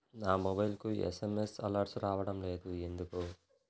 నా మొబైల్కు SMS alerts రావడం లేదు ఎందుకు?